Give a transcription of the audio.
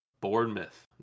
Bournemouth